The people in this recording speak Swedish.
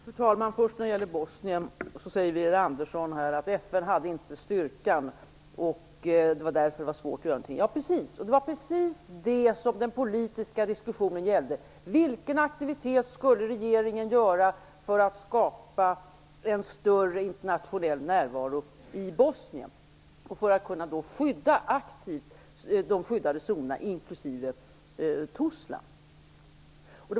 Fru talman! När det gäller Bosnien säger Widar Andersson att FN inte hade styrkan. Därför var det svårt att göra någonting. Det var precis det som den politiska diskussionen gällde. Vad skulle regeringen göra för att skapa en större internationell närvaro i Bosnien så att man aktivt skulle kunna försvara de skyddade zonerna, inklusive Tuzla?